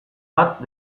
bat